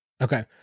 Okay